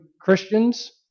Christians